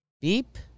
Beep